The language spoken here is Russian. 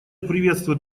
приветствует